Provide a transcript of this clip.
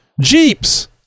Jeeps